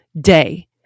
day